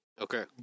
okay